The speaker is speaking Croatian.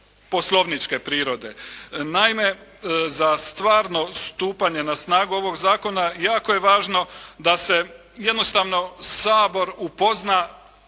poslovničke prirode. Naime, za stvarno stupanje na snagu ovog zakona, jako je važno da se jednostavno Sabor upozna